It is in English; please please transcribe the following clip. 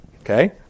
Okay